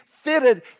fitted